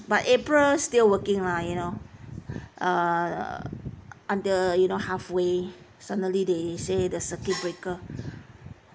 but april still working lah you know uh under you know halfway suddenly they say the circuit breaker